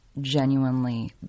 genuinely